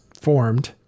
formed